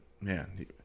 man